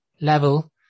level